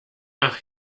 ach